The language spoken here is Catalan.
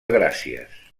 gràcies